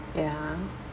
ya